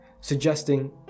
suggesting